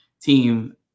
team